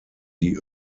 die